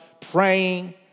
praying